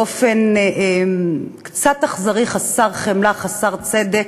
באופן קצת אכזרי, חסר חמלה, חסר צדק,